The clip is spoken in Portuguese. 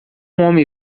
homem